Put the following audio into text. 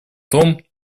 том